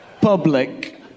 public